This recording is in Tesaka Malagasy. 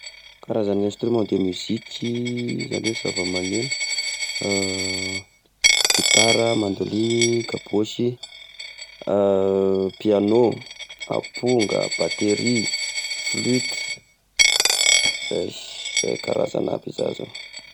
Karazagna instrument de musique-y izany hoe zavamagneno: gitara, mandôligny, kabôsy, piano, aponga, batery, flute, zay, zay karazagny aby zay zao.